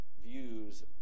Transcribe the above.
views